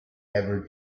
ever